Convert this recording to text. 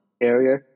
area